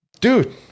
dude